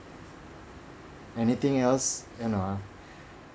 anything else you know ah